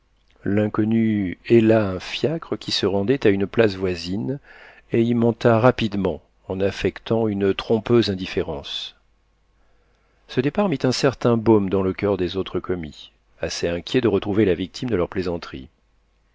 l'inconnu héla un fiacre qui se rendait à une place voisine et y monta rapidement en affectant une trompeuse indifférence ce départ mit un certain baume dans le coeur des autres commis assez inquiets de retrouver la victime de leur plaisanterie